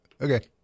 Okay